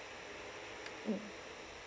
mm